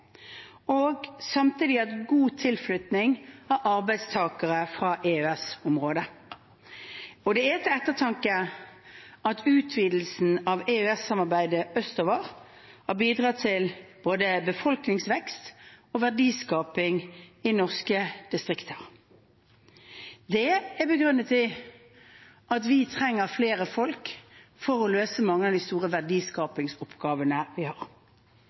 og samtidig god tilflytting av arbeidstakere fra EØS-området. Det er til ettertanke at utvidelsen av EØS-samarbeidet østover har bidratt til både befolkningsvekst og verdiskaping i norske distrikter. Det er begrunnet i at vi trenger flere folk for å løse mange av de store verdiskapingsoppgavene vi har.